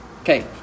okay